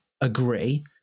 agree